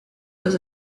was